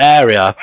area